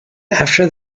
after